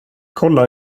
kolla